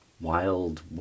wild